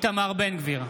איתמר בן גביר,